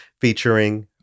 featuring